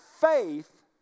faith